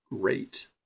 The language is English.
great